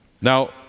Now